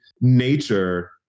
nature